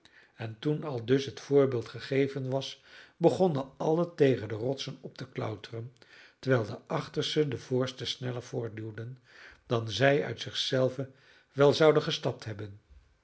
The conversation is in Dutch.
en toen aldus het voorbeeld gegeven was begonnen allen tegen de rotsen op te klauteren terwijl de achtersten de voorsten sneller voortduwden dan zij uit zich zelven wel zouden gestapt hebben